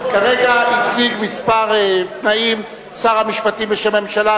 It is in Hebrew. כרגע מציג כמה תנאים שר המשפטים בשם הממשלה.